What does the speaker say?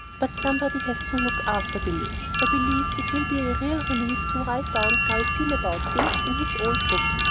but somebody has to look after billy. i believe it will be a real relief to write down how i feel about him in his old book,